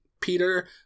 Peter